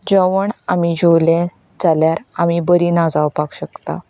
जेवण आमी जेवले जाल्यार आमी बरीं ना जावपाक शकता